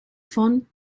von